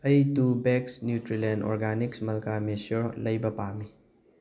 ꯑꯩ two bags ꯅꯨꯇ꯭ꯔꯤꯂꯦꯟ organics ꯃꯜꯀꯥ ꯃꯦꯁꯤꯌꯣꯔ ꯂꯩꯕ ꯄꯥꯝꯃꯤ